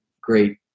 great